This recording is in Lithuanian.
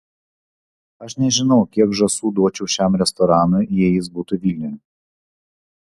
aš nežinau kiek žąsų duočiau šiam restoranui jei jis būtų vilniuje